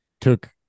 took